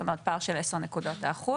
זאת אומרת שזה פער של 10 נקודות האחוז,